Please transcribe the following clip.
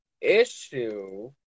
issue